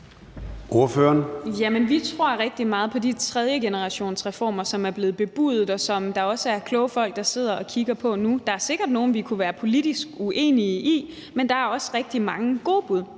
vi tror rigtig meget på de tredjegenerationsreformer, som er blevet bebudet, og som der også er kloge folk der sidder og kigger på nu. Der er sikkert nogle, vi kunne være politisk uenige i, men der er også rigtig mange gode bud.